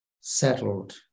settled